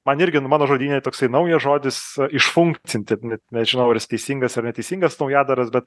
man irgi nu mano žodyne toksai naujas žodis išfunkcinti net nežinau ar jis teisingas ar teisingas naujadaras bet